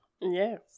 Yes